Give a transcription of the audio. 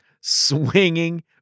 swinging